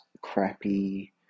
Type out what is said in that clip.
crappy